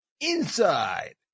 Inside